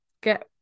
get